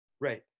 Right